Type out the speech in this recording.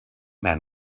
man